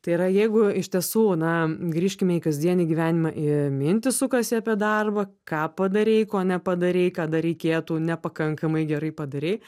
tai yra jeigu iš tiesų na grįžkime į kasdienį gyvenimą ir mintys sukasi apie darbą ką padarei ko nepadarei ką dar reikėtų nepakankamai gerai padarei